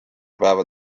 päeva